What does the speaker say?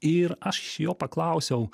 ir aš jo paklausiau